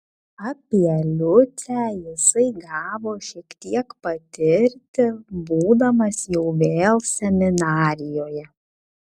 apie liucę jisai gavo šiek tiek patirti būdamas jau vėl seminarijoje